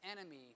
enemy